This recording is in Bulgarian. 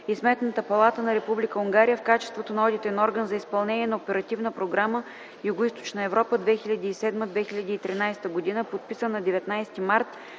Сметната палата на Република Унгария в качеството на Одитен орган за изпълнение на Оперативна програма „Югоизточна Европа” 2007-2013 г., подписан на 19 март